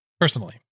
Personally